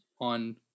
on